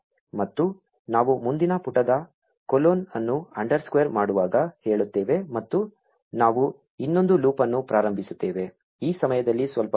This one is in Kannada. ಮತ್ತು ನಾವು ಮುಂದಿನ ಪುಟದ ಕೊಲೊನ್ ಅನ್ನು ಅಂಡರ್ಸ್ಕೋರ್ ಮಾಡುವಾಗ ಹೇಳುತ್ತೇವೆ ಮತ್ತು ನಾವು ಇನ್ನೊಂದು ಲೂಪ್ ಅನ್ನು ಪ್ರಾರಂಭಿಸುತ್ತೇವೆ ಈ ಸಮಯದಲ್ಲಿ ಸ್ವಲ್ಪ ಲೂಪ್